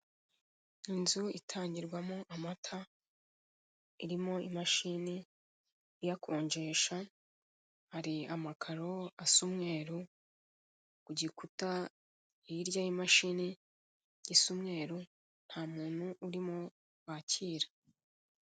Inzu itangirwamo amata irimo imashini iyakonjesha, hari amakaro asa umweru igikuta hirya y'imashini gisa umweru ntamuntu urimo bakira.